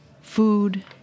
food